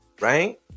Right